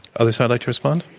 other side like to respond?